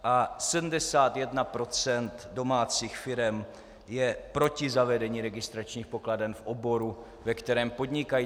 A 71 % domácích firem je proti zavedení registračních pokladen v oboru, ve kterém podnikají.